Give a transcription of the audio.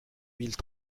mille